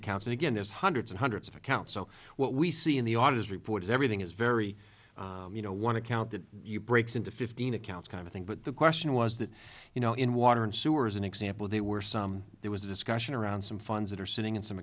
accounts again there's hundreds and hundreds of accounts so what we see in the audit report is everything is very you know one account that breaks into fifteen accounts kind of thing but the question was that you know in water and sewer as an example there were some there was a discussion around some funds that are sitting in some